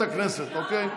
אז לוועדת הכנסת, אוקיי?